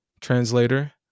translator